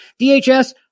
DHS